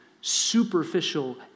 superficial